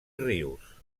rius